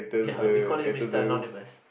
ya we call it Mister Anonymous